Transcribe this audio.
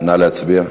נא להצביע.